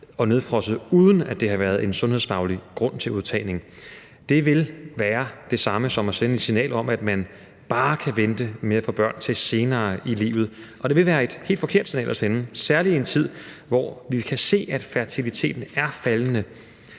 og nedfrosset, uden at der har været en sundhedsfaglig grund til udtagningen. Det vil være det samme som at sende et signal om, at man bare kan vente med at få børn til senere i livet, og det vil være et helt forkert signal at sende, særlig i en tid, hvor vi kan se, at fertiliteten er faldende,